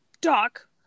Doc